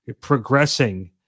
progressing